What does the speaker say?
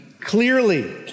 clearly